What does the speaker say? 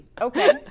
Okay